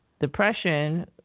depression